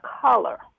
color